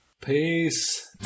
Peace